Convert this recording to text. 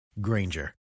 Granger